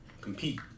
compete